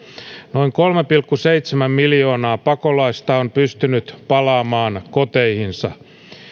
noin kolme pilkku seitsemän miljoonaa pakolaista on pystynyt palaamaan koteihinsa